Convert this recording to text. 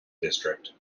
district